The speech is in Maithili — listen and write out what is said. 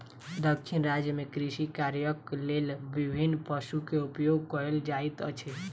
दक्षिण राज्य में कृषि कार्यक लेल विभिन्न पशु के उपयोग कयल जाइत अछि